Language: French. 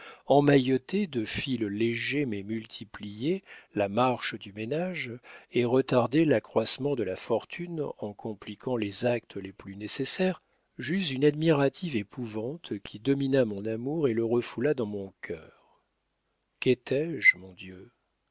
emmaillottaient de fils légers mais multipliés la marche du ménage et retardaient l'accroissement de la fortune en compliquant les actes les plus nécessaires j'eus une admirative épouvante qui domina mon amour et le refoula dans mon cœur quétais je mon dieu